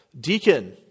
deacon